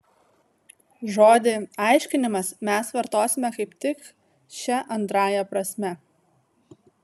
žodį aiškinimas mes vartosime kaip tik šia antrąja prasme